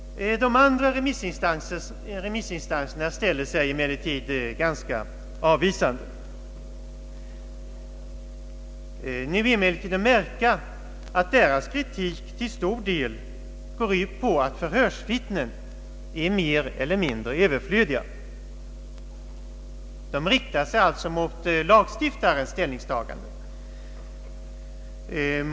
De andra remissinstanserna ställer sig ganska avvisande, men det är att märka att deras kritik till stor del går ut på att förhörsvittnen är mer eller mindre överflödiga; kritiken riktar sig alltså mot lagstiftarens ställningstagande.